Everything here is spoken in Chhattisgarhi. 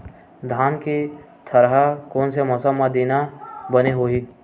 धान के थरहा कोन से मौसम म देना बने होही?